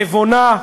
נבונה,